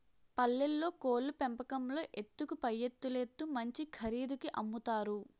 పల్లెల్లో కోళ్లు పెంపకంలో ఎత్తుకు పైఎత్తులేత్తు మంచి ఖరీదుకి అమ్ముతారు